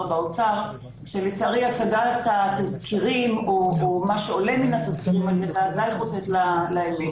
באוצר שלצערי הצגת התזכירים או מה שעולה מן התזכירים די חוטאת לאמת.